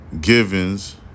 Givens